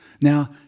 Now